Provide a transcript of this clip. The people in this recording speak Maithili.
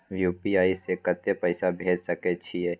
यु.पी.आई से कत्ते पैसा भेज सके छियै?